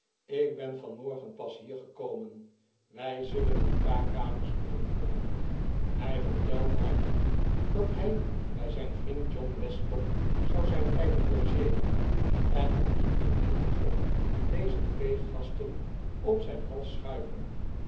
ik ben vanmorgen pas hier gekomem wij zullen een paar kamers moeten huren hij verfelde haar niet dat hij bij zijrt vriend john westlock zou zijn blijven logeeren en er niet aan denken kon dezen twee gasten op zijn hals schuiven